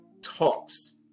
talks